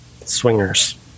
Swingers